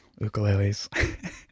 ukuleles